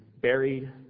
buried